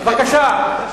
בבקשה.